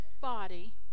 body